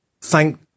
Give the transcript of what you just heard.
Thank